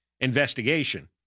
investigation